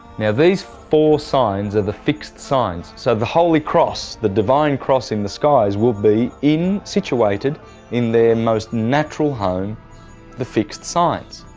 now, these four signs are the fixed signs. so the holy cross, the divine cross in the skies will be in situated in their most natural home the fixed signs.